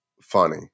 funny